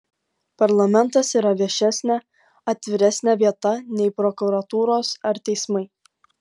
parlamentas yra viešesnė atviresnė vieta nei prokuratūros ar teismai